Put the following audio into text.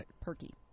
perky